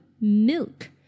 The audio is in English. milk